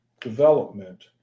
development